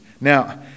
Now